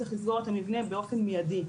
צריך לסגור את המבנה באופן מידי.